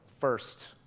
first